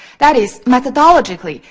that is methodologically,